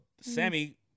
Sammy